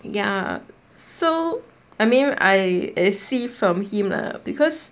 ya so I mean I I see from him lah because